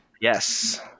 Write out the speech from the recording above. yes